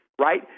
right